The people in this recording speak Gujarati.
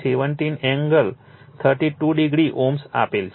17 એંગલ 32o Ω આપેલ છે